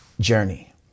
journey